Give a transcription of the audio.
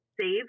save